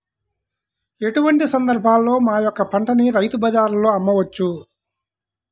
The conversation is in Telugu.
ఎటువంటి సందర్బాలలో మా యొక్క పంటని రైతు బజార్లలో అమ్మవచ్చు?